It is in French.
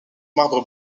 marbre